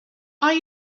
are